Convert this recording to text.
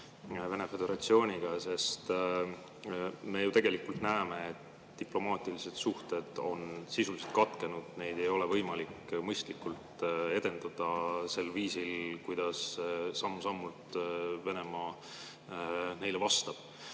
Venemaa Föderatsiooniga. Sest tegelikult me ju näeme, et diplomaatilised suhted on sisuliselt katkenud, neid ei ole võimalik mõistlikult edendada sel viisil, kuidas samm-sammult Venemaa neile vastab.